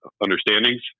understandings